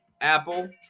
Apple